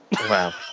wow